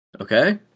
Okay